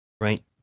right